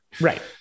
Right